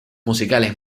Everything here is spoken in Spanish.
musicales